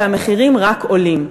והמחירים רק עולים.